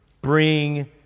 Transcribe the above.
bring